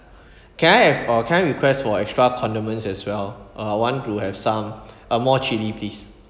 can I have uh can I request for extra condiments as well uh I want to have some uh more chilli please